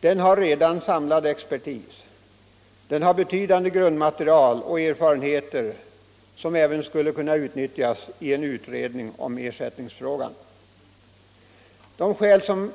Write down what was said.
Den har redan samlat expertis, ett betydande grundmaterial och erfarenheter som även skulle kunna utnyttjas för utredning av ersättningsfrågan. De skäl som